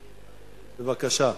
בבקשה.